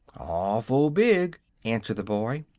awful big! answered the boy.